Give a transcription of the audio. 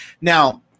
Now